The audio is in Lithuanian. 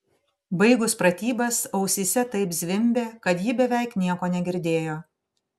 baigus pratybas ausyse taip zvimbė kad ji beveik nieko negirdėjo